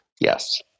Yes